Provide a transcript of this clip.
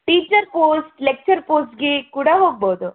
teacher post lecture ಪೋಸ್ಟ್ಗೆ ಕೂಡ ಹೋಗ್ಬೋದು